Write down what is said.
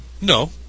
No